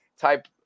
type